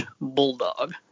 Bulldog